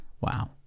Wow